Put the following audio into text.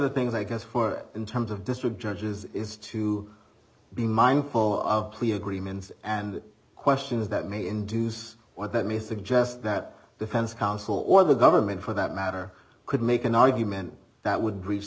the things i guess for in terms of district judges is to be mindful of plea agreements and questions that may induce what that means that just that the fans council or the government for that matter could make an argument that would breach